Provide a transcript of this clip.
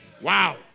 wow